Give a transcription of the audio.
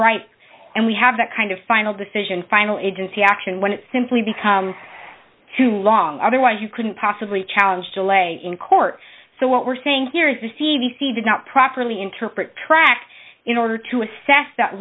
right and we have that kind of final decision final agency action when it simply becomes too long otherwise you couldn't possibly challenge delay in court so what we're saying here is the c b c did not properly interpret track in order to assess that